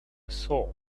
saw